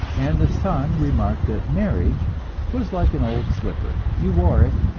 and the son remarked that marriage was like an old slipper you wore it,